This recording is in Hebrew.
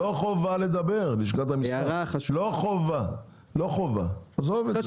לא חובה לדבר לשכת המסחר, לא חובה תעזוב את זה.